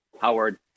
Howard